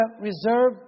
reserve